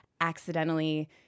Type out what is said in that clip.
accidentally